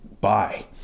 Bye